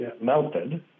melted